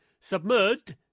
Submerged